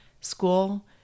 School